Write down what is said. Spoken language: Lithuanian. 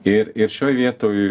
ir ir šioj vietoj